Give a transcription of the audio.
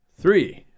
three